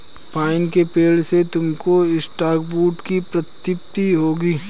pine के पेड़ से तुमको सॉफ्टवुड की प्राप्ति होगी